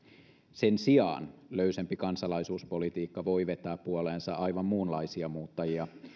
sen sijaan löysempi kansalaisuuspolitiikka voi vetää puoleensa aivan muunlaisia muuttajia